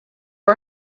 are